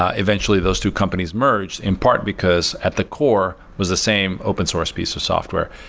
ah eventually, those two companies merged in part because at the core was the same open source piece of software.